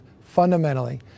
fundamentally